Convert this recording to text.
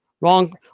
wrong